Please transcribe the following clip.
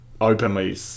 openly